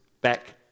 back